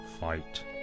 fight